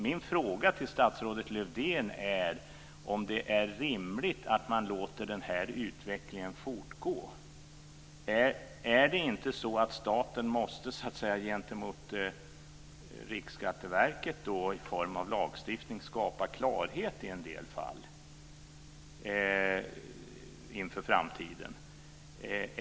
Min fråga till statsrådet Lövdén är om det är rimligt att låta den här utvecklingen fortgå. Är det inte så att staten gentemot Riksskatteverket, i form av lagstiftning, måste skapa klarhet i en del fall inför framtiden?